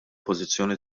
pożizzjoni